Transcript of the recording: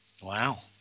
Wow